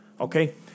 Okay